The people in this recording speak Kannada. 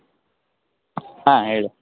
ಹಾನ್ ಹೇಳಿ